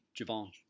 javon